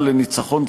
הזה,